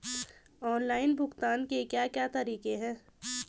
Online भुगतान के क्या क्या तरीके हैं?